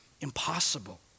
Impossible